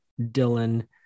dylan